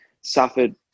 suffered